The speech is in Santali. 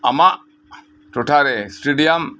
ᱟᱢᱟᱜ ᱴᱚᱴᱷᱟᱨᱮ ᱥᱴᱮᱰᱤᱭᱟᱢ